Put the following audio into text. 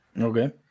Okay